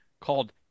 called